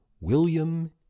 William